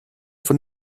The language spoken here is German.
von